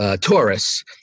Taurus